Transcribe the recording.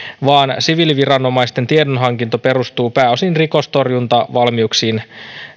vaan siviiliviranomaisten tiedonhankinta perustuu pääosin rikostorjuntavalmiuksiin